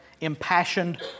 impassioned